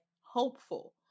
hopeful